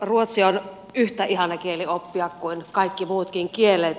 ruotsi on yhtä ihana kieli oppia kuin kaikki muutkin kielet